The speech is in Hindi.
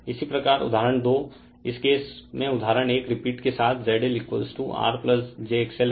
इसी प्रकार उदाहरण 2 इस केस में उदाहरण 1 रिपीट के साथ ZLRjXL हैं